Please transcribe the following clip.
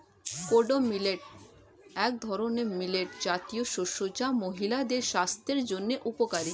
kodo millet এক ধরনের millet জাতীয় শস্য যা মহিলাদের স্বাস্থ্যের জন্য উপকারী